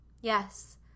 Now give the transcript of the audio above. Yes